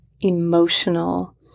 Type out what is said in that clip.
emotional